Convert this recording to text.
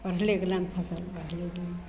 बढ़ले गेलनि फसिल बढ़ले गेलनि